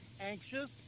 anxious